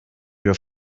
your